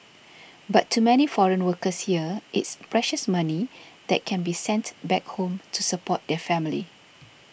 but to many foreign workers here it's precious money that can be sent back home to support their family